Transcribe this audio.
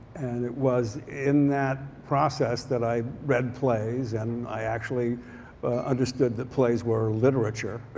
and it was in that process that i read plays and i actually understood that plays were literature.